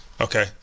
Okay